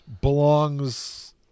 belongs